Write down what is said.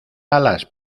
alas